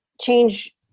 change